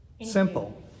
Simple